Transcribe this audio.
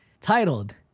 titled